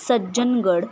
Sajjangad